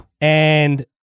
And-